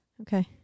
Okay